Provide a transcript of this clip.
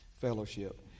Fellowship